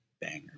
Banger